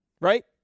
right